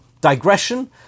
digression